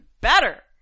better